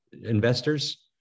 investors